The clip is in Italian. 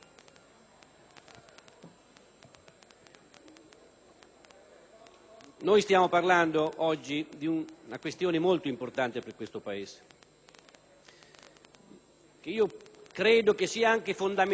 stiamo parlando oggi di una questione molto importante per questo Paese, che credo sia anche fondamentale per il suo futuro e che vede